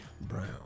Brown